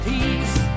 Peace